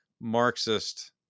Marxist